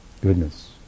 Goodness